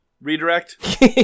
Redirect